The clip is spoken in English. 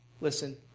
listen